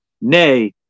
nay